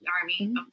army